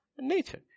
nature